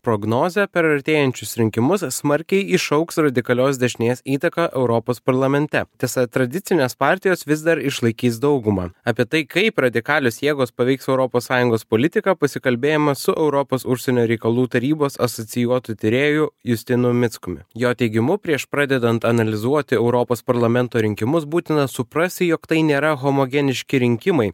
prognozę per artėjančius rinkimus smarkiai išaugs radikalios dešinės įtaka europos parlamente tiesa tradicinės partijos vis dar išlaikys daugumą apie tai kaip radikalios jėgos paveiks europos sąjungos politiką pasikalbėjome su europos užsienio reikalų tarybos asocijuotu tyrėju justinu mickumi jo teigimu prieš pradedant analizuoti europos parlamento rinkimus būtina suprasti jog tai nėra homogeniški rinkimai